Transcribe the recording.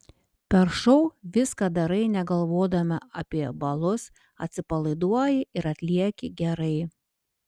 per šou viską darai negalvodama apie balus atsipalaiduoji ir atlieki gerai